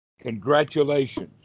congratulations